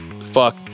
Fuck